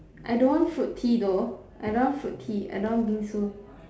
I don't want fruit tea though I don't want fruit tea I don't want bingsu